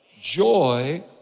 Joy